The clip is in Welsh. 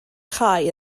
chau